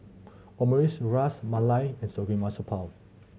Omurice Ras Malai and Samgeyopsal